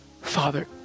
Father